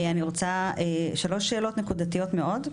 אני רוצה שלוש שאלות נקודתיות מאוד.